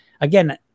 again